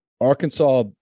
Arkansas